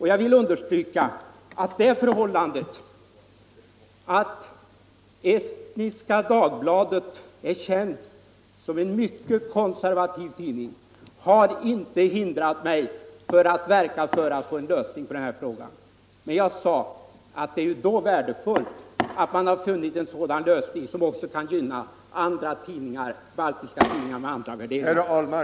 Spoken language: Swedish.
Jag vill understryka att det förhållandet att Estniska Dagbladet är känt som en mycket konservativ tidning inte har hindrat mig från att verka för en lösning av denna fråga. Men det är, som jag tidigare sade, värdefullt att man funnit en sådan lösning som också kan gynna baltiska tidningar med andra värderingar.